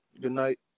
goodnight